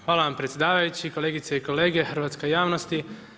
Hvala vam predsjedavajući, kolegice i kolege, hrvatska javnosti.